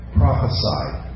prophesied